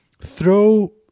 throw